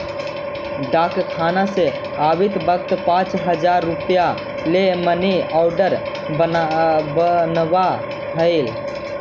डाकखाना से आवित वक्त पाँच हजार रुपया ले मनी आर्डर बनवा लइहें